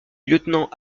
lieutenant